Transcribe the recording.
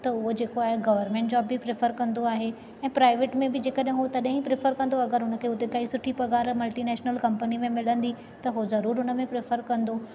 त हूअ जेको आहे गवरमेंट जॉब बि प्रिफर कंदो आहे ऐं प्राइवेट में बि जंहिंकॾहि हो तॾहिं ई प्रिफर कंदो अगरि उनखे उते काई सुठी पघार मल्टी नेशनल कंपनी में मिलंदी त हो ज़रुर उनमें प्रेफर कंदो